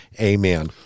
Amen